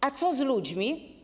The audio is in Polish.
A co z ludźmi?